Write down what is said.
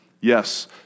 Yes